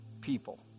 people